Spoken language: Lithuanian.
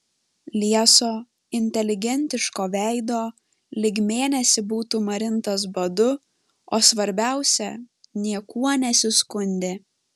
lieso inteligentiško veido lyg mėnesį būtų marintas badu o svarbiausia niekuo nesiskundė